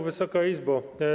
Wysoka Izbo!